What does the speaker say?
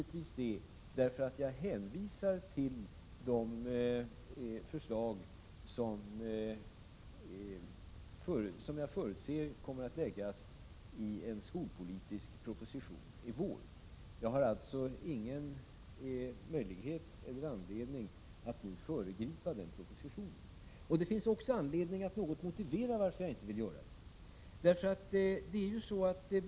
Det är det därför att jag hänvisar till de förslag som jag förutser kommer att läggas fram i en skolpolitisk proposition i vår. Jag har alltså ingen möjlighet eller anledning att nu föregripa den propositionen. Det finns också anledning att något motivera varför jag inte vill föregripa propositionen.